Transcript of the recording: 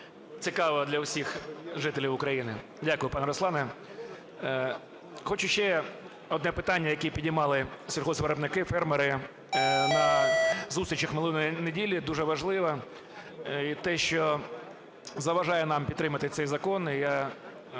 цікаво для всіх жителів України. Дякую, пане Руслане. Хочу ще одне питання, яке піднімали сільхозвиробники, фермери на зустрічах минулої неділі, дуже важливе, і те, що заважає нам підтримати цей закон.